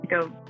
go